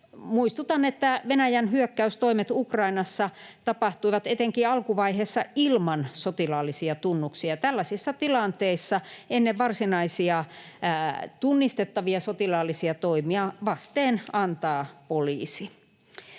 Muistutan, että Venäjän hyökkäystoimet Ukrainassa tapahtuivat etenkin alkuvaiheessa ilman sotilaallisia tunnuksia, ja tällaisissa tilanteissa, ennen varsinaisia tunnistettavia sotilaallisia toimia, vasteen antaa poliisi.